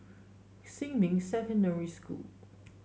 Xinmin Secondary School